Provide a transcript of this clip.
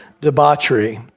debauchery